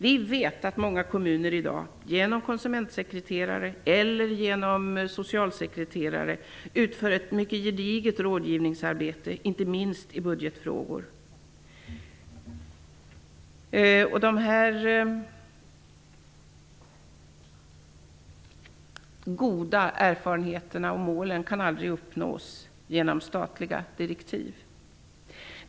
Vi vet att många kommuner i dag, genom konsumentsekreterare eller socialsekreterare utför ett mycket gediget rådgivningsarbete, inte minst i budgetfrågor. Dessa goda erfarenheter och mål kan aldrig uppnås genom statliga direktiv.